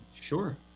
Sure